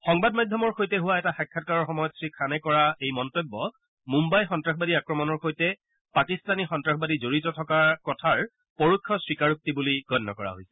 সংবাদ মাধ্যমৰ সৈতে হোৱা এটা সাক্ষাৎকাৰৰ সময়ত শ্ৰীখানে কৰা এই মন্তব্য মুম্বাই সন্তাসবাদী আক্ৰমণৰ সৈতে পাকিস্তানী সন্তাসবাদী জড়িত থকা কথাৰ পৰোক্ষ স্বীকাৰোক্তি বুলি গণ্য কৰা হৈছে